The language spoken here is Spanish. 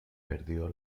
perdió